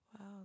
Wow